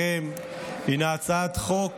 לפניכם, היא הצעת חוק